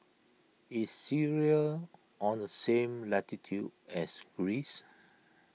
is Syria on the same latitude as Greece